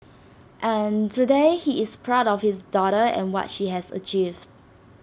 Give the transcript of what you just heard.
and today he is proud of his daughter and what she has achieved